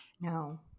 no